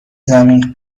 زمین